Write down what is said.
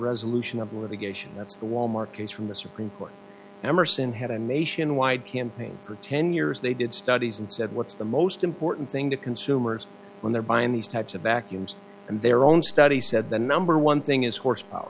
resolution of the litigation that's the wal mart case from the supreme court emerson had a nationwide campaign for ten years they did studies and said what's the most important thing to consumers when they're buying these types of vacuums and their own study said the number one thing is horsepower